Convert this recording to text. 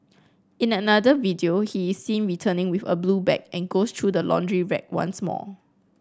in another video he is seen returning with a blue bag and goes through the laundry rack once more